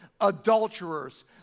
adulterers